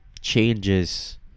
changes